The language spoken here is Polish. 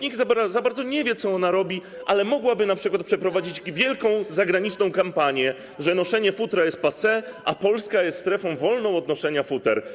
Nikt za bardzo nie wie, co ona robi, ale mogłaby np. przeprowadzić wielką zagraniczną kampanię, że noszenie futer jest passé, a Polska jest strefą wolną od noszenia futer.